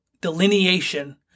delineation